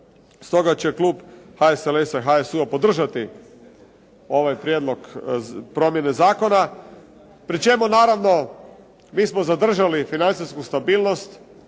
Stoga će klub HSLS-a i HSU-a podržati ovaj prijedlog promjene zakona, pri čemu naravno mi smo zadržali financijsku stabilnost,